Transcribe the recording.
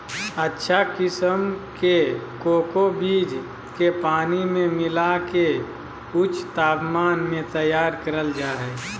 अच्छा किसम के कोको बीज के पानी मे मिला के ऊंच तापमान मे तैयार करल जा हय